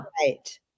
Right